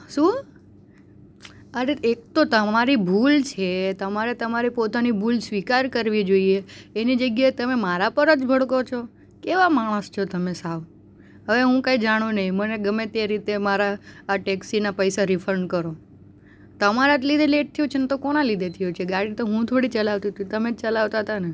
શું અરે એક તો તમારી ભૂલ છે તમારે તમારી પોતાની ભૂલ સ્વીકાર કરવી જોઈએ એની જગ્યાએ તમે મારા પર જ ભડકો છો કેવા માણસ છો તમે સાવ હવે હું કાંઈ જાણું નહીં મને ગમે તે રીતે મારા આ ટેકસીના પૈસા રિફંડ કરો તમારા જ લીધે લેટ થયું છે ને કોના લીધે થયું છે ગાડી તો હું થોડી ચલાવતી તી તમે જ ચલાવતા તા ને